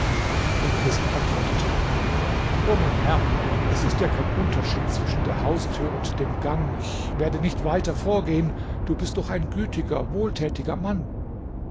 der christ antwortete o mein herr es ist ja kein unterschied zwischen der haustür und dem gang ich werde nicht weiter vorgehen du bist doch ein gütiger wohltätiger mann